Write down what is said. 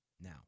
now